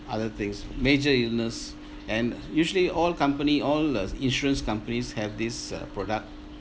other things major illness and usually all company all the insurance companies have this uh product